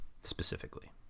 specifically